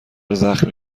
زخمی